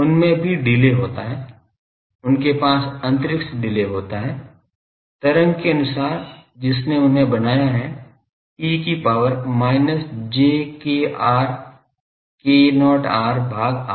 उनमे भी डिले होता है उनके पास अंतरिक्ष डिले होता है तरंग के अनुसार जिसने उन्हें बनाया है e की power minus j k r k0 r भाग r